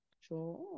Sure